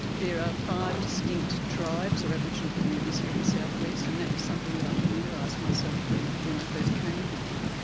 there are five distinct tribes or aboriginal communities here in the southwest and that was something that i familiarised myself with when i first came here,